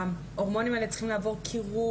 ההורמונים האלה צריכים לעבור קירור,